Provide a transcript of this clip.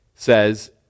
says